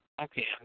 Okay